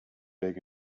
big